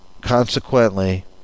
consequently